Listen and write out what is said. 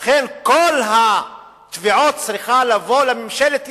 לכן, כל התביעות צריכות לבוא לממשלת ישראל.